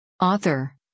Author